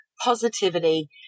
positivity